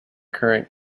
current